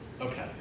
Okay